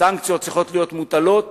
סנקציות צריכות להיות מוטלות